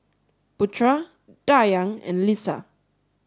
Putra Dayang and Lisa